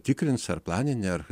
tikrins ar planinė ar